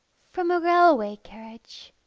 from a railway carriage